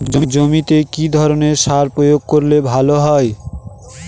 জমিতে কি ধরনের সার প্রয়োগ করলে ভালো হয়?